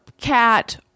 cat